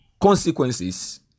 consequences